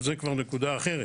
אבל זה כבר נקודה אחרת.